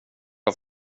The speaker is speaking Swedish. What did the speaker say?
har